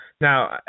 Now